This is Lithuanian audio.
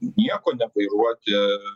nieko nevairuoti